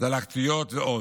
דלקתיות ועוד.